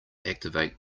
activate